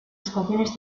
estaciones